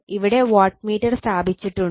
ഇവിടെ വാട്ട്മീറ്റർ സ്ഥാപിച്ചിട്ടുണ്ട്